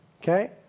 okay